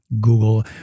Google